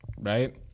Right